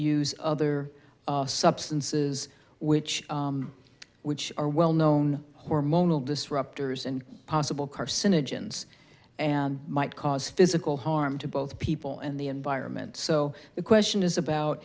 use other substances which which are well known hormonal disruptors and possible carcinogens and might cause physical harm to both people and the environment so the question is about